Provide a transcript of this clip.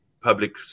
public